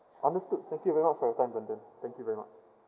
understood thank you very much for your time brandon thank you very much